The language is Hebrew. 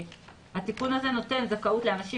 שהתיקון הזה נותן זכאות לאנשים